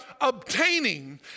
obtaining